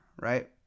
Right